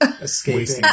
escaping